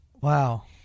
Wow